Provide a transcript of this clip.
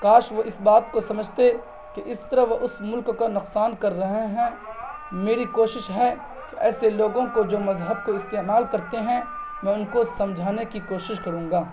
کاش وہ اس بات کو سمجھتے کہ اس طرف وہ اس ملک کا نقصان کر رہے ہیں میری کوشش ہے ایسے لوگوں کو جو مذہب کو استعمال کرتے ہیں میں ان کو سمجھانے کی کوشش کروں گا